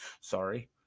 Sorry